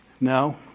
No